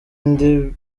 indi